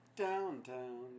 downtown